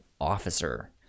officer